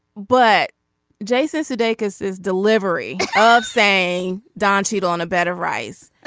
but jason sudeikis is delivery of saying don cheadle on a bed of rice.